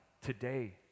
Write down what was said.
today